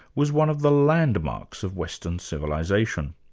was one of the landmarks of western civilisation.